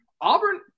Auburn